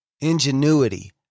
ingenuity